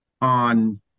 on